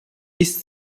ist